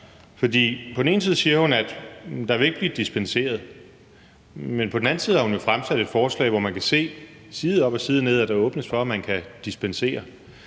gør. På den ene side siger hun, at der ikke vil blive dispenseret, men på den anden side har hun jo fremsat et forslag, hvor man kan se, at der side op og side ned åbnes for, at man kan dispensere.